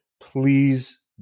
please